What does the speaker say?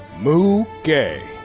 moo gay.